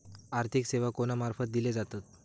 आर्थिक सेवा कोणा मार्फत दिले जातत?